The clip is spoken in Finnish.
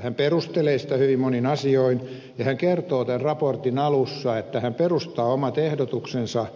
hän perustelee sitä hyvin monin asioin ja hän kertoo tämän raportin alussa että hän perustaa omat ehdotuksensa